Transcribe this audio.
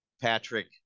Patrick